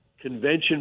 convention